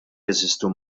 jeżistu